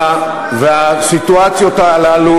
והסיטואציות האלה,